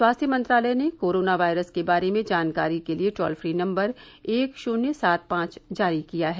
स्वास्थ्य मंत्रालय ने कोरोना वायरस के बारे में जानकारी के लिए टोल फ्री नम्बर एक शून्य सात पांच जारी किया है